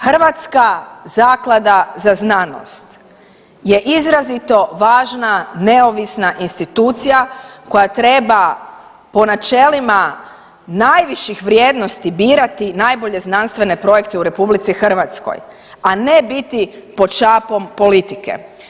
Hrvatska zaklada za znanost je izrazito važna neovisna institucija koja treba po načelima najviših vrijednosti birati najbolje znanstvene projekte u RH, a ne biti pod šapom politike.